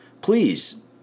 please